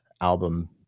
album